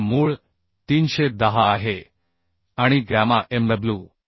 हे मूळ 310 आहे आणि गॅमा mw